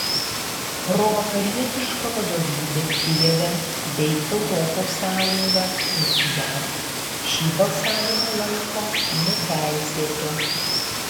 provakarietiška vadovybė kijeve bei europos sąjunga ir jav šį balsavimą laiko neteisėtu